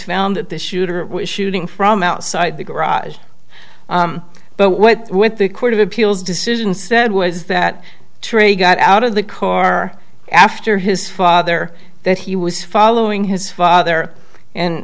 found that the shooter was shooting from outside the garage but what with the court of appeals decision said was that trey got out of the corps after his father that he was following his father and